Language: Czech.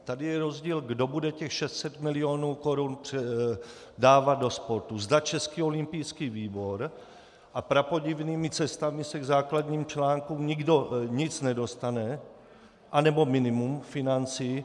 Tady je rozdíl, kdo bude těch 600 milionů korun dávat do sportu, zda Český olympijský výbor a prapodivnými cestami se k základním článkům nikdo nic nedostane, anebo minimum financí.